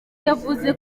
yavuze